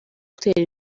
gutera